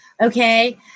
okay